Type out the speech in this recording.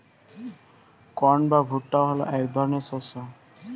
corn বা ভুট্টা হলো এক ধরনের শস্য